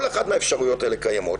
כל אחת מהאפשרויות האלה קיימות.